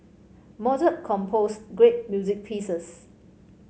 Mozart composed great music pieces